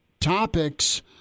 topics